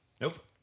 Nope